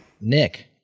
nick